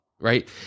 right